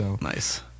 Nice